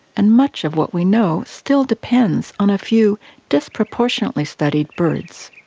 and much of what we know still depends on a few disproportionately studied birds.